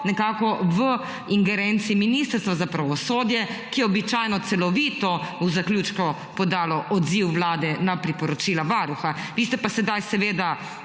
nekako v ingerenci Ministrstva za pravosodje, ki običajno celovito v zaključku podalo odziv Vlade na priporočila Varuha. Vi ste pa sedaj